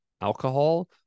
alcohol